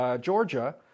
Georgia